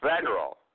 federal